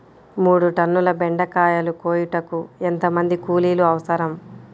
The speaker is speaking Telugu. మూడు టన్నుల బెండకాయలు కోయుటకు ఎంత మంది కూలీలు అవసరం?